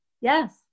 Yes